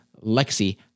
Lexi